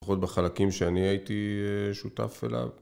לפחות בחלקים שאני הייתי שותף אליו.